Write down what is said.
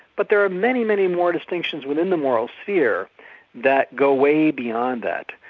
but there are many, many more distinctions within the moral sphere that go way beyond that.